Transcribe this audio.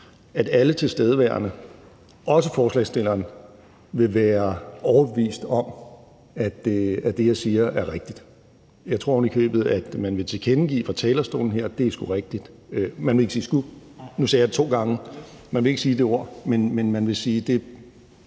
vil alle tilstedeværende, også forslagsstillerne, sådan set være overbevist om, at det, jeg siger, er rigtigt. Jeg tror ovenikøbet, at man fra talerstolen her vil tilkendegive, at det sgu er rigtigt – man må ikke sige »sgu«, nu sagde jeg det to gange. Man vil ikke sige det ord, men man vil sige: Det